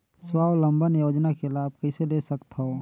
स्वावलंबन योजना के लाभ कइसे ले सकथव?